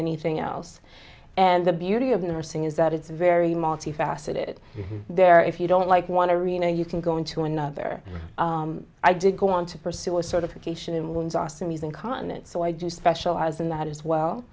anything else and the beauty of nursing is that it's very multifaceted there if you don't like want to reno you can go into another i did go on to pursue a certification in loons are some use incontinent so i do specialize in that as well